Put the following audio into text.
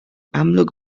amlwg